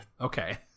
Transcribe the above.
Okay